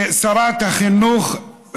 ששרת החינוך,